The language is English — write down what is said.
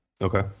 Okay